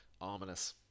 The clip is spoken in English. Ominous